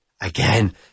again